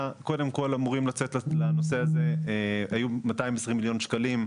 היו אמורים לצאת כ-220 מיליון שקלים,